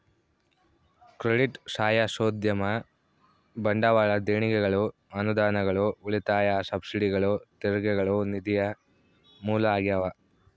credit ಸಾಹಸೋದ್ಯಮ ಬಂಡವಾಳ ದೇಣಿಗೆಗಳು ಅನುದಾನಗಳು ಉಳಿತಾಯ ಸಬ್ಸಿಡಿಗಳು ತೆರಿಗೆಗಳು ನಿಧಿಯ ಮೂಲ ಆಗ್ಯಾವ